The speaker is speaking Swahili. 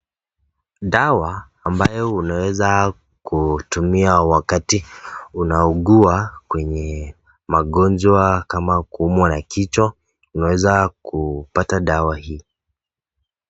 Dawa ambayo unaweza kutumia wakati unaungua kwenye magonjwa kama , kuumwa na kichwa unaweza kupata dawa hii.